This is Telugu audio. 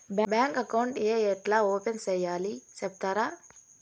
బ్యాంకు అకౌంట్ ఏ ఎట్లా ఓపెన్ సేయాలి సెప్తారా?